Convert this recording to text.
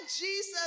Jesus